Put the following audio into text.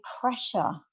pressure